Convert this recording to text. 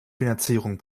finanzierung